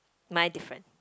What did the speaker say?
mine different